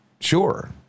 Sure